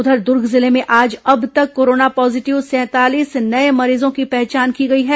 उधर दुर्ग जिले में आज अब तक कोरोना पॉजीटिव सैंतालीस नये मरीजों की पहचान की गई है